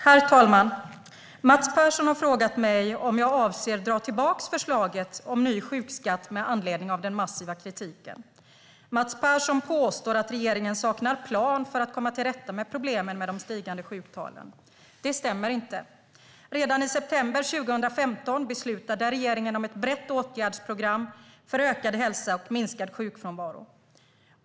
Herr talman! Mats Persson har frågat mig om jag avser att dra tillbaka förslaget om ny sjukskatt med anledning av den massiva kritiken. Mats Persson påstår att regeringen saknar en plan för att komma till rätta med problemen med de stigande sjuktalen. Det stämmer inte. Redan i september 2015 beslutade regeringen om ett brett åtgärdsprogram för ökad hälsa och minskad sjukfrånvaro.